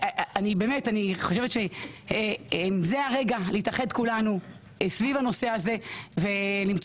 אני באמת חושבת שזה הרגע להתאחד כולנו סביב הנושא הזה ולמצוא